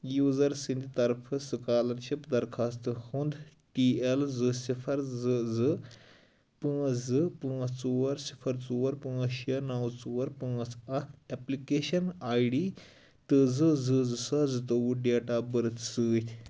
user سٕنٛدۍ طرفہٕ scholarship درخوٛاستن ہُنٛد ٹی ایٚل زٕ صِفَر زٕ زٕ پانٛژھ زٕ پانٛژھ ژور صِفَر ژور پانٛژھ شےٚ نَو ژور پانٛژھ اَکھ ایٚپلِکیشن آے ڈی تہٕ زٕ زٕ زٕ ساس زٕتووُہ ڈیٹ آف بٔرِتھ سۭتۍ